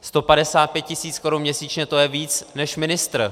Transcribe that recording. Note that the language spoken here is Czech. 155 tisíc korun měsíčně, to je víc, než má ministr.